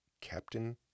Captain